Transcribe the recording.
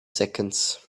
seconds